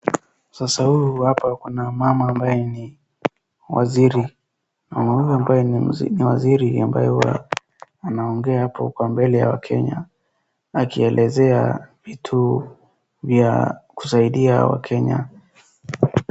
Sasa huyu hapa kuna mama ambaye ni waziri. Mama huyu ambaye ni waziri, ambaye huwa anaongea hapo kwa mbele ya wakenya akielezea vitu ya kusaidia WaKenya.